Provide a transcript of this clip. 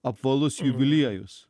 apvalus jubiliejus